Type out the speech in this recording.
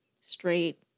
straight